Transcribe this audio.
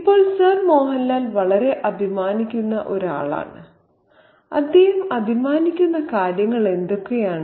ഇപ്പോൾ സർ മോഹൻലാൽ വളരെ അഭിമാനിക്കുന്ന ആളാണ് അദ്ദേഹം അഭിമാനിക്കുന്ന കാര്യങ്ങൾ എന്തൊക്കെയാണ്